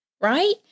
Right